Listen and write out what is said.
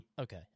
Okay